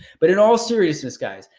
but in all seriousness guys,